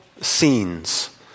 Scenes